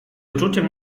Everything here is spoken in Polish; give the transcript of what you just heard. uczuciem